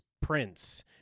prince